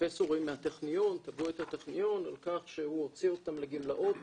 פרופסורים מהטכניון תבעו את הטכניון על כך שהוא הוציא אותם לגמלאות